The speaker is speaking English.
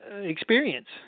experience